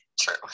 true